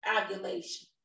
ovulation